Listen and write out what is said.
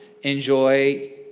enjoy